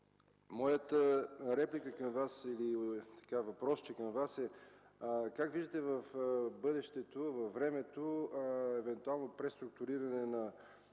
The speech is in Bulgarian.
Моята реплика и въпрос и към Вас е: как виждате в бъдещето и във времето евентуално преструктуриране на